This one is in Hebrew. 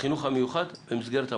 במסגרת המוכש"ר.